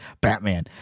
Batman